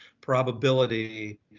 probability